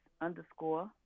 underscore